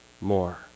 more